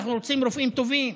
אנחנו רוצים רופאים טובים.